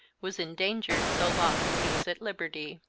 was endangered so long as he was at liberty.